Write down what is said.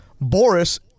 Boris